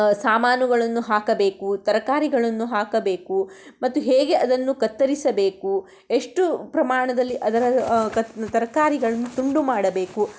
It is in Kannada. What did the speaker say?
ಸಾಮಾನುಗಳನ್ನು ಹಾಕಬೇಕು ತರಕಾರಿಗಳನ್ನು ಹಾಕಬೇಕು ಮತ್ತು ಹೇಗೆ ಅದನ್ನು ಕತ್ತರಿಸಬೇಕು ಎಷ್ಟು ಪ್ರಮಾಣದಲ್ಲಿ ಅದರ ಕಟ್ ತರಕಾರಿಗಳನ್ನು ತುಂಡು ಮಾಡಬೇಕು